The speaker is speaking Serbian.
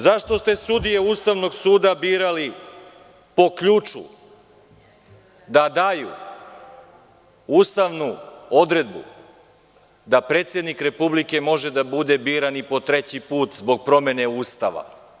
Zašto ste sudije Ustavnog suda birali po ključu – da daju ustavnu odredbu da predsednik Republike može da bude biran i po treći put zbog promene Ustava?